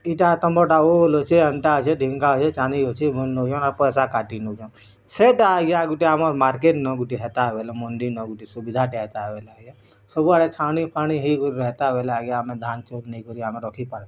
ଇଟା ତମର୍ଟା ଓଲ୍ ଅଛେ ଏନ୍ତା ଅଛେ ଢିମ୍କା ଅଛେ ଚାନ୍ଦି ଅଛେ ବଲି ନଉଛନ୍ ଆରୁ ପଏସା କାଟି ନଉଛନ୍ ସେଟା ଆଜ୍ଞା ଗୁଟେ ଆମର୍ ମାର୍କେଟ୍ନ ଗୁଟେ ହେତା ବଏଲେ୍ ମଣ୍ଡି ନ ଗୁଟେ ସୁବିଧା ହେତା ବେଏଲେ ଆଜ୍ଞା ସବୁ ଆଡେ୍ ଛାଉଣି ଫାଉଣୀ ହେଇକରି ରେହତା ବଏଲେ ଆଜ୍ଞା ଆମେ ଧାନ୍ ଚଉଲ୍ ନେଇକରି ଆମେ ରଖି ପାର୍ତୁ